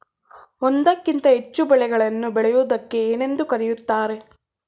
ಒಂದಕ್ಕಿಂತ ಹೆಚ್ಚು ಬೆಳೆಗಳನ್ನು ಬೆಳೆಯುವುದಕ್ಕೆ ಏನೆಂದು ಕರೆಯುತ್ತಾರೆ?